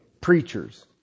preachers